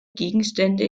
gegenstände